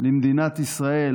למדינת ישראל,